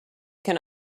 can